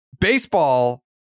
baseball